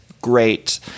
great